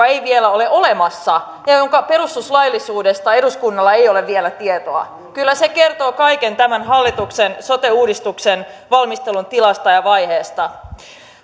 ei vielä ole olemassa ja ja jonka perustuslaillisuudesta eduskunnalla ei ole vielä tietoa kyllä se kertoo kaiken tämän hallituksen sote uudistuksen valmistelun tilasta ja vaiheesta